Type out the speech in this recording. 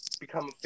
become